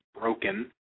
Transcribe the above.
broken